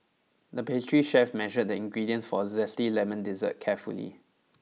the pastry chef measured the ingredients for a zesty lemon dessert carefully